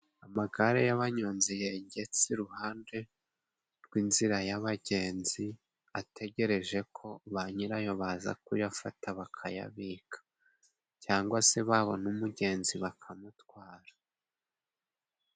Amagare y'abanyozi yegetse iruhande rw'inzira yabagenzi ategereje ko ba nyirayo baza kuyafata bakayabika cyangwa se babona umugenzi bakamutwara.